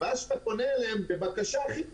ואז כשאתה פונה אליהם בבקשה הכי קטנה,